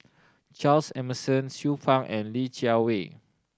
Charles Emmerson Xiu Fang and Li Jiawei